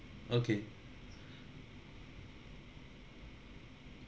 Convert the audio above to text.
okay